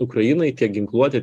ukrainai tiek ginkluote